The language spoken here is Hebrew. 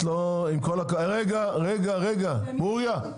רגע, רגע, ברוריה.